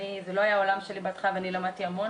אני, זה לא היה העולם שלי בהתחלה ואני למדתי המון